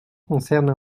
concerne